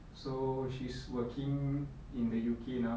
so she's working in the U_K now